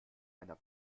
einer